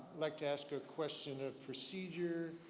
like to ask a question of procedure.